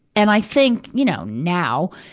and i think, you know, now,